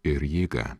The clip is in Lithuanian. ir jėga